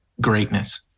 greatness